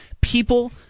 people